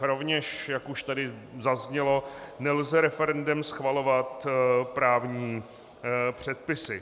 Rovněž, jak už tady zaznělo, nelze referendem schvalovat právní předpisy.